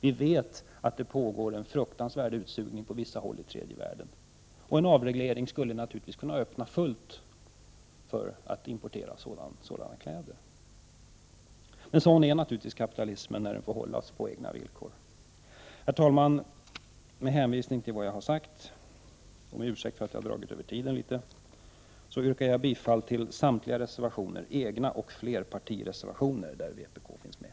Vi vet att det pågår en fruktansvärd utsugning på vissa håll i tredje världen, och en avreglering skulle naturligtvis kunna öppna fullt för import av sådana kläder. Sådan är kapitalismen, när den får hållas på egna villkor. Herr talman! Med hänvisning till vad jag har sagt, och med ursäkt för att jag har dragit över tiden litet, yrkar jag bifall till samtliga reservationer — egna och flerpartireservationer — där vpk finns med.